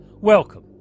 Welcome